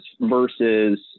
versus